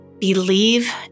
Believe